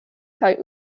kaj